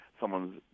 someone's